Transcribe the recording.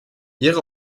ihre